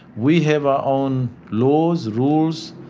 we have our own laws, rules,